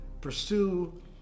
pursue